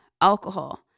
alcohol